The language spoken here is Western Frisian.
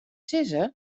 sizze